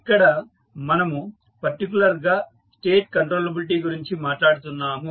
ఇక్కడ మనము పర్టికులర్ గా స్టేట్ కంట్రోలబిలిటీ గురించి మాట్లాడుతున్నాము